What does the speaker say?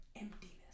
emptiness